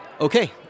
Okay